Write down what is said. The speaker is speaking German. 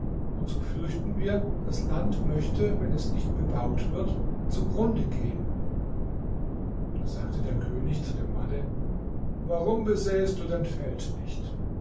und so fürchten wir das land möchte wenn es nicht bebaut wird zugrunde gehen da sagte der könig zu dem manne warum besäest du dein feld nicht